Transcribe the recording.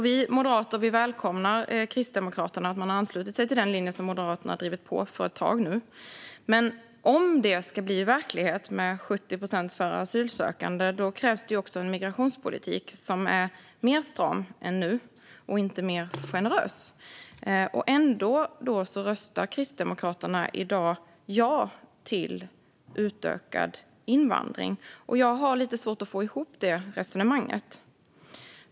Vi moderater välkomnar att Kristdemokraterna har anslutit sig till den linje som Moderaterna har drivit ett tag nu, men om 70 procent för asylsökande ska bli verklighet krävs en migrationspolitik som är mer stram än nu och inte mer generös. Ändå röstar Kristdemokraterna i dag ja till utökad invandring. Jag har lite svårt att få ihop detta resonemang.